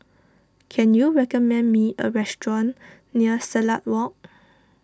can you recommend me a restaurant near Silat Walk